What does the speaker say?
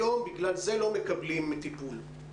היום בגלל זה לא מקבלים טיפול?